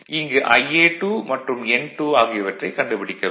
இங்கு Ia2 மற்றும் n2 ஆகியவற்றைக் கண்டுபிடிக்க வேண்டும்